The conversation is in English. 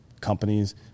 companies